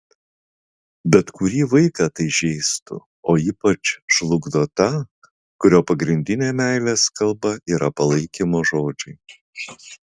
bet kurį vaiką tai žeistų o ypač žlugdo tą kurio pagrindinė meilės kalba yra palaikymo žodžiai